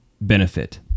benefit